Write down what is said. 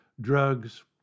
Drugs